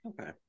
okay